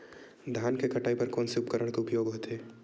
धान के कटाई बर कोन से उपकरण के उपयोग होथे?